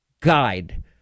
guide